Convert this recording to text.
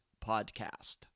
podcast